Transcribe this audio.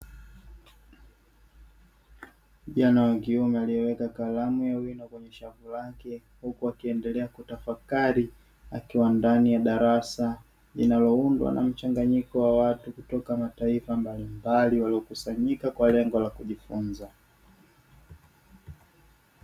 Kijana wa kiume aliye weka kalamu ya wino, kwenye shavu lake. Huku akiendelea kutafakari akiwa ndani ya darasa, linalo undwa na mchanganyiko wa watu kutoka mataifa mbalimbali, walio kusayanyika kwa lengo la kujifunza.